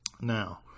Now